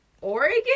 Oregon